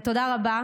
ותודה רבה